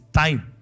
time